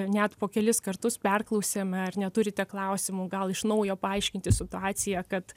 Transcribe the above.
net po kelis kartus perklausiame ar neturite klausimų gal iš naujo paaiškinti situaciją kad